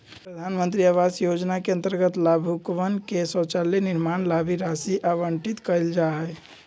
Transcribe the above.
प्रधान मंत्री आवास योजना के अंतर्गत लाभुकवन के शौचालय निर्माण ला भी राशि आवंटित कइल जाहई